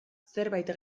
zerbait